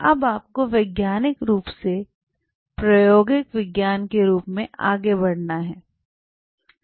अब आपको वैज्ञानिक रूप से प्रायोगिक विज्ञान के रूप में आगे बढ़ना चाहिए